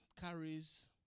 carries